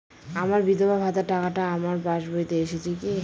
আমার বিধবা ভাতার টাকাটা আমার পাসবইতে এসেছে কি?